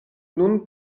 nun